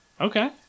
Okay